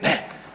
Ne.